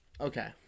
okay